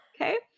Okay